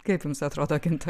kaip jums atrodo gintarai